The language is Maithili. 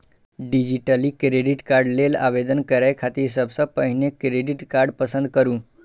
डिजिटली क्रेडिट कार्ड लेल आवेदन करै खातिर सबसं पहिने क्रेडिट कार्ड पसंद करू